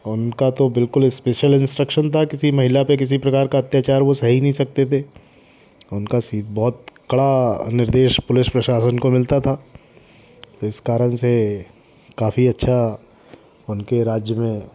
और उनका तो बिल्कुल इस्पेशल इंस्ट्रक्शन था किसी महिला पे किसी प्रकार का अत्याचार वो सह ही नहीं सकते थे उनका सी बहुत कड़ा निर्देश पुलिस प्रशासन को मिलता था तो इस कारण से काफ़ी अच्छा उनके राज्य में